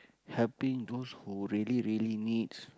helping those who really really needs